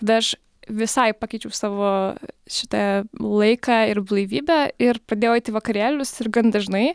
tada aš visai pakeičiau savo šitą laiką ir blaivybę ir pradėjau eiti į vakarėlius ir gan dažnai